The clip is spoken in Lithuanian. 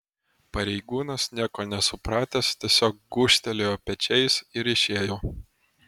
pareigūnas nieko nesupratęs tiesiog gūžtelėjo pečiais ir išėjo